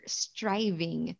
striving